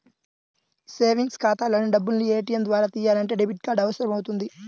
savings ఖాతాలోని డబ్బుల్ని ATM ద్వారా తియ్యాలంటే డెబిట్ కార్డు అవసరమవుతుంది